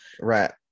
Right